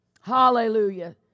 Hallelujah